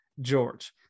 george